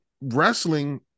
wrestling